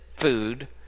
food